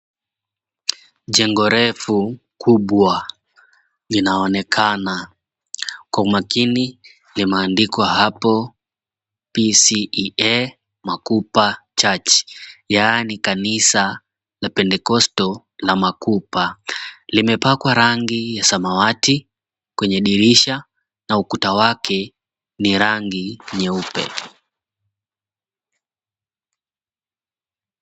Jengo refu kubwa, 𝑙𝑖𝑛𝑎𝑜𝑛𝑒𝑘𝑎𝑛𝑎 kwa umakini ya maandiko hapo, PCEA Makupa Church. Yaani kanisa la Pentekosto la Makupa. Limepakwa rangi ya samawati kwenye dirisha, na ukuta wake ni rangi nyeupe.